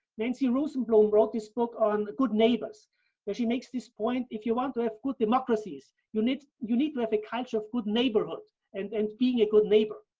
nancy rosenblum wrote this book on, good neighbors where she makes this point, if you want to have good democracies, you need you need to have a culture of good neighborhood and and being a good neighbor.